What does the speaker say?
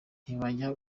ntibajya